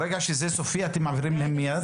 ברגע שזה סופי אתם מעבירים אליהם מיד?